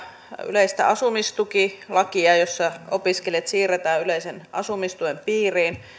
yleistä asumistukilakia jossa opiskelijat siirretään yleisen asumistuen piiriin